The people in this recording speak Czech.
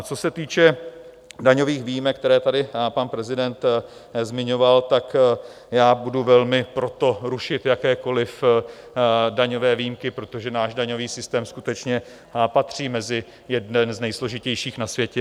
Co se týče daňových výjimek, které tady pan prezident zmiňoval, tak já budu velmi pro to, rušit jakékoliv daňové výjimky, protože náš daňový systém skutečně patří mezi jeden z nejsložitějších na světě.